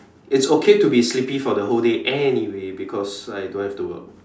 it's okay to be sleepy for the whole day anyway because I don't have to work